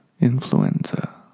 Influenza